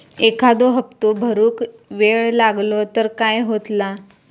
एखादो हप्तो भरुक वेळ लागलो तर काय होतला?